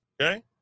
Okay